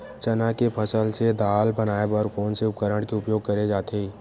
चना के फसल से दाल बनाये बर कोन से उपकरण के उपयोग करे जाथे?